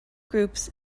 groups